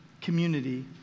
community